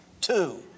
two